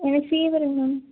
எனக்கு ஃபீவருங்க மேம்